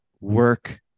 work